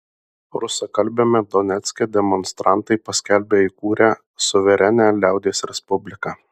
rusakalbiame donecke demonstrantai paskelbė įkūrę suverenią liaudies respubliką